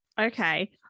Okay